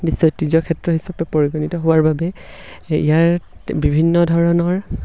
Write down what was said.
বিশ্ব ঐতিহ্য ক্ষেত্ৰ হিচাপে পৰিগণিত হোৱাৰ বাবে ইয়াত বিভিন্ন ধৰণৰ